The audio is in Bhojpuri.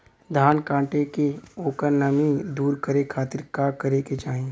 धान कांटेके ओकर नमी दूर करे खाती का करे के चाही?